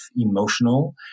emotional